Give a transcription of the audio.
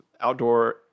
Outdoor